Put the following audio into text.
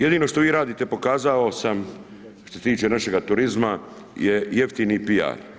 Jedino što vi radite pokazao sam što se tiče našega turizma je jeftini PR.